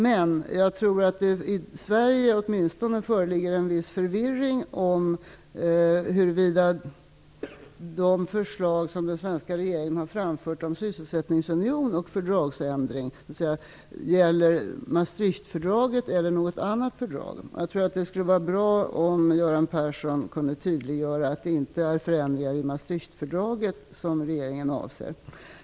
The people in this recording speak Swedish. Men jag tror att det i Sverige åtminstone föreligger en viss förvirring om huruvida de förslag som den svenska regeringen har framfört om sysselsättningsunion och fördragsändring gäller Maastrichtfördraget eller något annat fördrag. Jag tror att det skulle vara bra om Göran Persson kunde tydliggöra att det inte är förändringar i Maastrichtfördraget som regeringen avser.